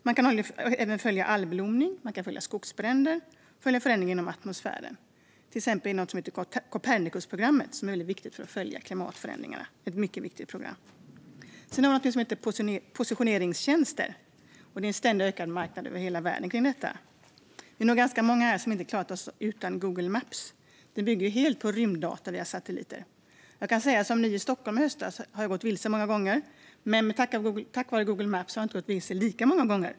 Man kan följa algblomning, skogsbränder och förändringar i atmosfären. Detta sker exempelvis i det så kallade Copernikusprogrammet, som är ett mycket viktigt program för att följa klimatförändringarna. Det finns även något som heter positioneringstjänster. Det är en ständigt ökande marknad över hela världen. Vi är nog ganska många här som inte hade klarat oss utan Google Maps. Det bygger helt på rymddata från satelliter. Som ny i Stockholm i höstas gick jag många gånger vilse, men tack vare Google Maps har jag inte gått vilse lika många gånger.